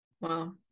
Wow